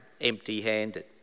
empty-handed